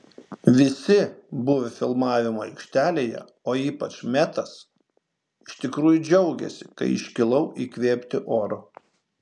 visi buvę filmavimo aikštelėje o ypač metas iš tikrųjų džiaugėsi kai iškilau įkvėpti oro